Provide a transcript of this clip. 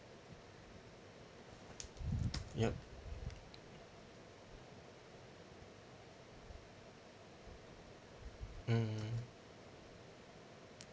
yup mm